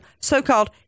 so-called